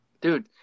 Dude